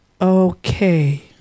Okay